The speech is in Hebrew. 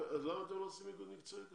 למה אתם לא עושים איגוד מקצועי כזה?